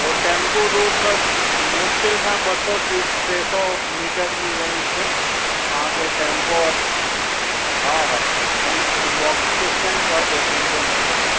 उहो tempo road बसि मुश्किल सां ॿ सौ टे टे सौ मीटर जी रेंज ते तव्हांखे टैम्पो और हा हा पंधु वॉकिंग डिसटंस आहे दो तीन सौ मीटर जो